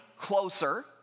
closer